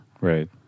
Right